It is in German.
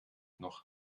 noch